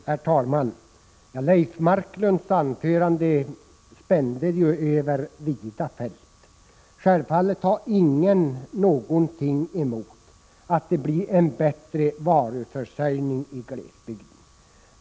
Herr talman! Leif Marklunds anförande spände över vida fält. Självfallet har ingen någonting emot att det blir en bättre varuförsörjning i glesbygden.